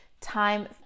time